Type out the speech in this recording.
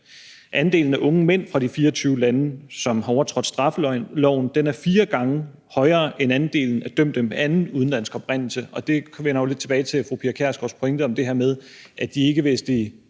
Andelen af unge mænd fra de 24 lande, som har overtrådt straffeloven, er fire gange højere, end andelen af dømte med anden udenlandsk oprindelse. Det vender jo lidt tilbage til fru Pia Kjærsgaards pointe om det her med, at de ikkevestlige